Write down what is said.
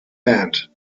band